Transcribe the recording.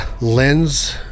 lens